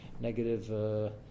negative